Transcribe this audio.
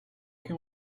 can